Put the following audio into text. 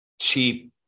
cheap